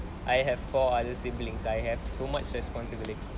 I have four other siblings I have so much responsibility